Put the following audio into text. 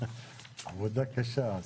עבודה קשה.